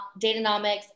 Datanomics